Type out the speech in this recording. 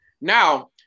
now